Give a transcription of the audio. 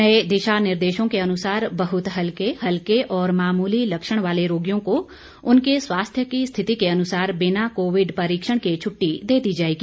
नए दिशा निर्देशों के अनुसार बहुत हल्के हल्के और मामूली लक्षण वाले रोगियों को उनके स्वास्थ्य की स्थिति के अनुसार बिना कोविड परीक्षण के छुट्टी दे दी जाएगी